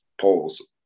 polls